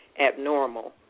abnormal